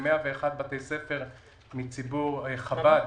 ו-101 בתי ספר מציבור חב"ד,